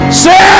say